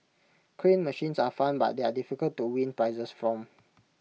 crane machines are fun but they are difficult to win prizes from